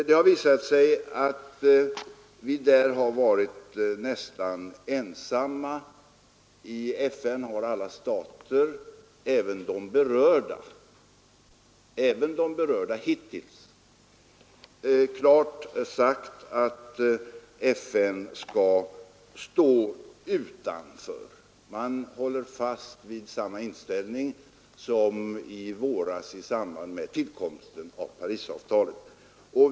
Det har visat sig att vi där har varit nästan ensamma. I FN har alla stater — även de berörda hittills — klart sagt att FN skall stå utanför. Man håller fast vid samma inställning som i våras i samband med tillkomsten av Parisavtalet.